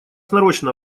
нарочно